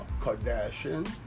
Kardashian